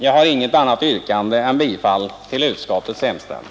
Jag har inget annat yrkande än om bifall till utskottets hemställan.